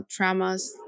traumas